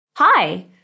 Hi